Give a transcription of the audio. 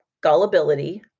Gullibility